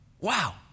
Wow